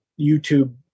YouTube